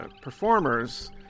performers